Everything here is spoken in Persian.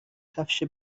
کفش